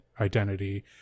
identity